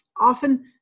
often